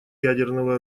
ядерного